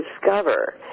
discover